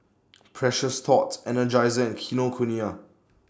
Precious Thots Energizer and Kinokuniya